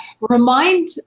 remind